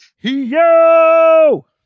Yo